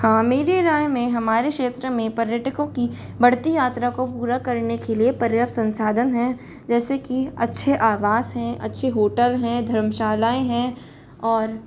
हाँ मेरी राय में हमारे क्षेत्र में पर्यटको की बढ़ती यात्रा को पूरा करने के लिए पर्याप्त संसादन हैं जैसे कि अच्छे आवास हैं अच्छे होटल हैं धर्मशालाएं हैं और